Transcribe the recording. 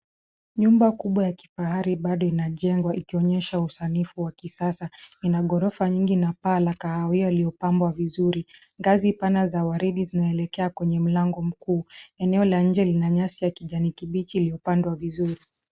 Nyumba kubwa ya kifahari bado inajengwa, ikionyesha usanifu wa kisasa. Ina ghorofa nyingi na paa la kahawia iliyopambwa vizuri. Ngazi pana za waridi zinaelekea kwenye mlango mkuu. Eneo la nje lina nyasi ya kijani kibichi iliyopandwa vizuri.